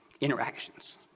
interactions